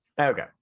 Okay